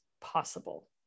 possible